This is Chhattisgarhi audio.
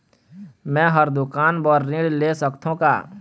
मैं हर दुकान बर ऋण ले सकथों का?